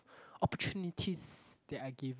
opportunities that are given